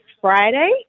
Friday